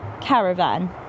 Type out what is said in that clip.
caravan